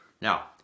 Now